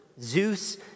Zeus